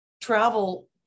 travel